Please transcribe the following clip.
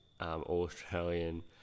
All-Australian